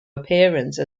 appearance